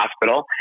hospital